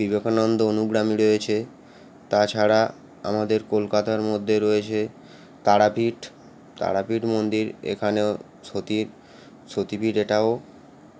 বিবেকানন্দ অনুগামী রয়েছে তাছাড়া আমাদের কলকাতার মধ্যে রয়েছে তারাপীঠ তারাপীঠ মন্দির এখানেও সতীর সতীপীঠ এটাও